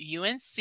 UNC